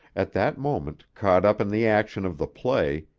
at that moment, caught up in the action of the play,